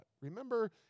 Remember